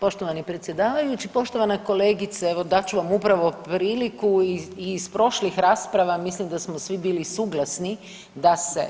Poštovani predsjedavajući, poštovana kolegice evo dat ću vam upravo priliku i iz prošlih rasprava mislim da smo svi bili suglasni da se